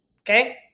Okay